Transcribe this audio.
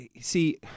see